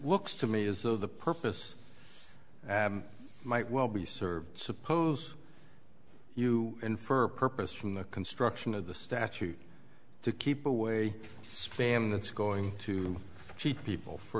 looks to me as though the purpose might well be served suppose you infer purpose from the construction of the statute to keep away spam that's going to keep people for